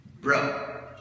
Bro